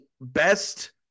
best